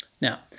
now